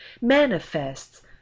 manifests